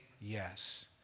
yes